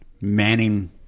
manning